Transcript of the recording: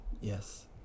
Yes